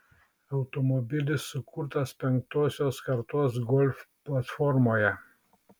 automobilis sukurtas penktosios kartos golf platformoje